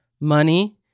money